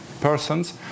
persons